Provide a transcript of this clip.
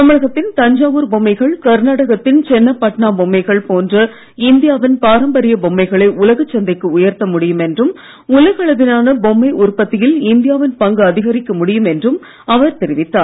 தமிழகத்தின் தஞ்சாவூர் பொம்மைகள் கர்நாடகத்தின் சென்னப்பட்னா பொம்மைகள் போன்ற இந்தியாவின் பாரம்பரிய பொம்மைகளை உலகச் சந்தைக்கு உயர்த்த முடியும் என்றும் உலக அளவிலான பொம்மை உற்பத்தியில் இந்தியாவின் பங்கை அதிகரிக்க முடியும் என்றும் அவர் தெரிவித்தார்